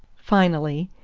finally,